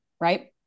right